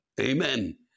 Amen